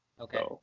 Okay